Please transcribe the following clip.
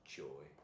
joy